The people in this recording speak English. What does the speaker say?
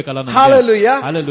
Hallelujah